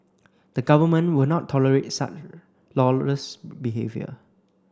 the Government will not tolerate such lawless behaviour